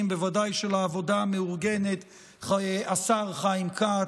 ובוודאי של העבודה המאורגנת השר חיים כץ,